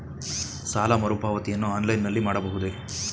ಸಾಲ ಮರುಪಾವತಿಯನ್ನು ಆನ್ಲೈನ್ ನಲ್ಲಿ ಮಾಡಬಹುದೇ?